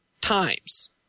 times